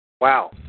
Wow